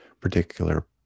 particular